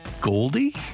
Goldie